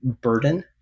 burden